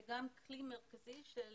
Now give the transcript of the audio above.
זה גם כלי מרכזי של